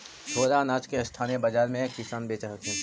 थोडा अनाज के स्थानीय बाजार में किसान बेचऽ हथिन